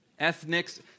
ethnics